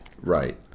Right